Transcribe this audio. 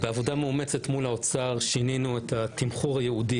בעבודה מאומצת מול האוצר שינינו את התמחור הייעודי,